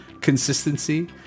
Consistency